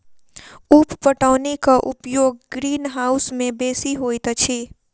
उप पटौनीक उपयोग ग्रीनहाउस मे बेसी होइत अछि